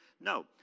No